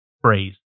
phrase